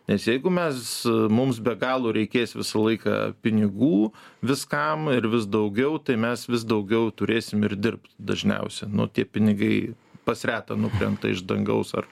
nes jeigu mes mums be galo reikės visą laiką pinigų viskam ir vis daugiau tai mes vis daugiau turėsim ir dirbt dažniausia nu tie pinigai pas retą nukrenta iš dangaus ar